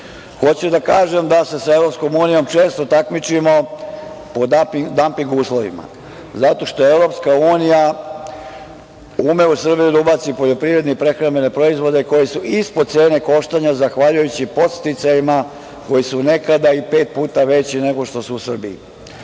da kažem da se sa EU često takmičimo po damping uslovima zato što EU ume u Srbiju da ubaci poljoprivredne prehrambene proizvode koji su ispod cene koštanja zahvaljujući podsticajima koji su nekada i pet puta veći nego što su u Srbiji.